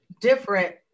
different